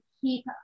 keep